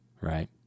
right